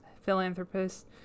philanthropist